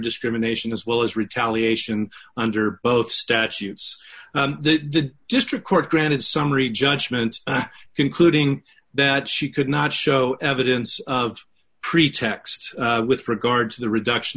discrimination as well as retaliation under both statutes the district court granted summary judgment concluding that she could not show evidence of pretext with regard to the reduction